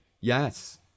yes